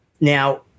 Now